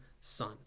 son